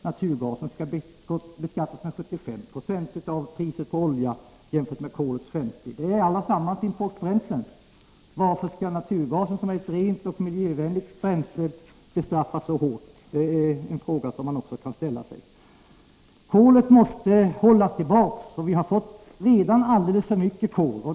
Naturgasen skall beskattas med 75 96 av priset på olja, jämfört med kolets 50 26. De är allesammans importbränslen. Varför skall naturgasen, som är ett rent och miljövänligt bränsle, bestraffas så hårt? Det är en fråga som man också kan ställa sig. Kolet måste hållas tillbaka. Vi har redan fått alldeles för mycket kol.